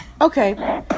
Okay